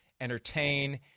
entertain